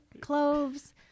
cloves